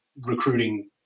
recruiting